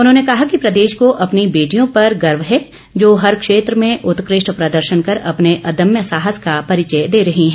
उन्होंने कहा कि प्रदेश को अपनी बेटियों पर गर्व है जो हर क्षेत्र में उत्कृष्ट प्रदर्शन कर अपने अदम्य साहस का परिचय दे रही हैं